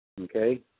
Okay